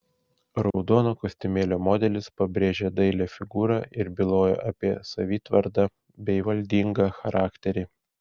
raudono kostiumėlio modelis pabrėžė dailią figūrą ir bylojo apie savitvardą bei valdingą charakterį